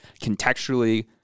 contextually